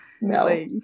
No